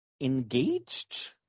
engaged